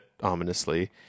ominously